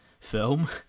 film